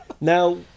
Now